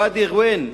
ואדי ע'ווין,